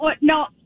No